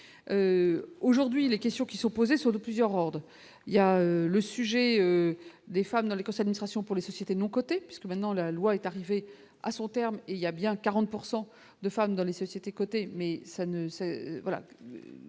aujourd'hui les questions qui sont posées sur de plusieurs ordres. Il y a le sujet. Des femmes dans l'Ecosse admiration pour les sociétés non cotées, puisque maintenant, la loi est arrivée à son terme, il y a bien 40 pourcent de femmes dans les sociétés cotées, mais ça ne